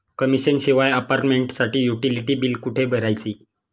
Commission शिवाय अपार्टमेंटसाठी utility बिले कुठे भरायची?